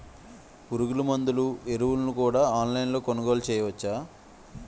పురుగుమందులు ఎరువులను కూడా ఆన్లైన్ లొ కొనుగోలు చేయవచ్చా?